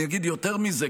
אני אגיד יותר מזה.